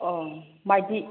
अह माइदि